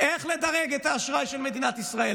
איך לדרג את האשראי של מדינת ישראל,